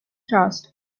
thrust